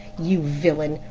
you villain,